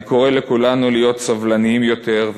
אני קורא לכולנו להיות סבלנים יותר,